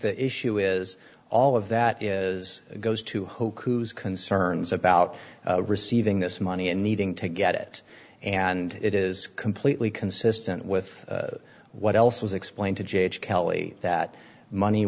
the issue is all of that is goes to hoe koos concerns about receiving this money and needing to get it and it is completely consistent with what else was explained to j j kelly that money